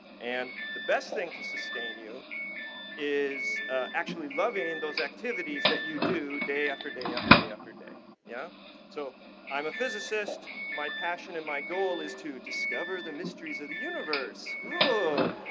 and the best thing to sustain you is actually loving those activities that you do day after day after day after day. yeah so i'm a physicist. my passion and my goal is to discover the mysteries of the woo.